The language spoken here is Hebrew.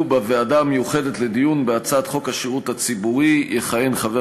בוועדה המיוחדת לדיון בהצעת חוק השירות הציבורי יכהן חבר